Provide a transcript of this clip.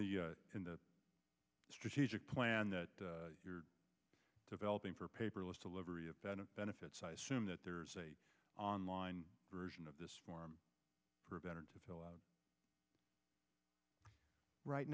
the in the strategic plan that you're developing for paperless delivery of benefits i assume that there's a online version of this form for better to fill out right